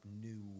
new